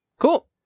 Cool